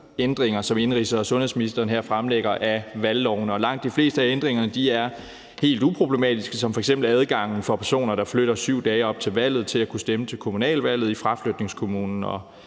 valgloven, som indenrigs- og sundhedsministeren her fremlægger, og langt de fleste af ændringerne er helt uproblematiske. Det er f.eks. adgangen for personer, der flytter 7 dage op til valget, til at kunne stemme til kommunalvalget i fraflytningskommunen,